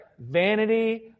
vanity